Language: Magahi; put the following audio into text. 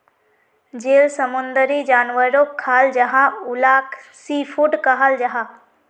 जेल समुंदरी जानवरोक खाल जाहा उलाक सी फ़ूड कहाल जाहा